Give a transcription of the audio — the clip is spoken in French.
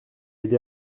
aidé